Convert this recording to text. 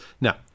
Now